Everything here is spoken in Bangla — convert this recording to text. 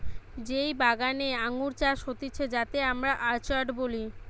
যেই বাগানে আঙ্গুর চাষ হতিছে যাতে আমরা অর্চার্ড বলি